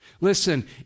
Listen